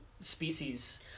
species